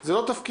זה לא תפקידו.